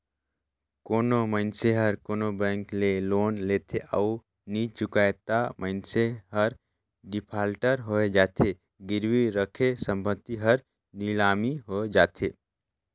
कोनो मइनसे हर कोनो बेंक ले लोन लेथे अउ नी चुकाय ता मइनसे हर डिफाल्टर होए जाथे, गिरवी रराखे संपत्ति हर लिलामी होए जाथे